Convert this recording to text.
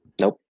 Nope